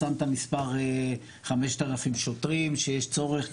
שם את המספר 5,000 שוטרים שיש צורך,